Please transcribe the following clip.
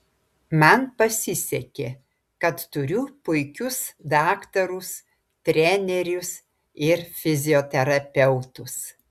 man pasisekė kad turiu puikius daktarus trenerius ir fizioterapeutus